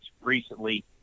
recently